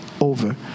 over